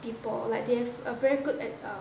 people like they have a very good at err